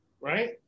right